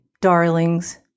darlings